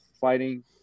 fighting